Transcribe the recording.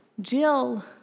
Jill